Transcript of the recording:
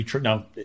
Now